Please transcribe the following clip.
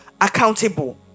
accountable